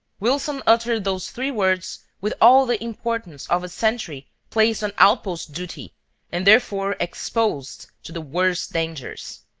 wilson uttered those three words with all the importance of a sentry placed on outpost duty and therefore exposed to the worst dangers.